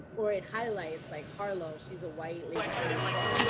or it highlights, like harlow. she's a white lady, feminist.